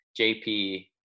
JP